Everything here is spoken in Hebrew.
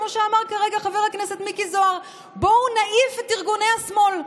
כמו שאמר כרגע חבר הכנסת מיקי זוהר: בואו נעיף את ארגוני השמאל.